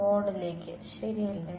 ബോർഡിലേക്ക് ശരിയല്ലേ